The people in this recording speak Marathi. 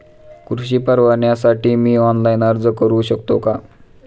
कृषी परवान्यासाठी मी ऑनलाइन अर्ज करू शकतो का?